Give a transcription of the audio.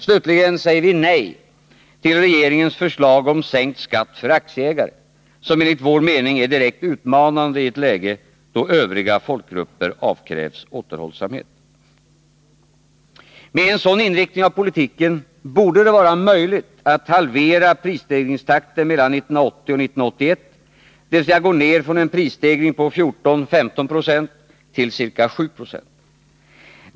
Slutligen säger vi nej till regeringens förslag om sänkt skatt för aktieägare, något som enligt vår mening är direkt utmanande i ett läge då övriga folkgrupper avkrävs återhållsamhet. Med en sådan inriktning av politiken borde det vara möjligt att halvera prisstegringstakten mellan 1980 och 1981, dvs. gå ner från en prisstegring på 14-15 4; till ca 7 20.